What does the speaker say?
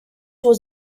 was